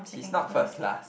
he's not first class